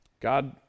God